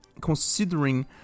considering